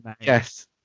Yes